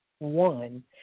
one